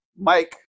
Mike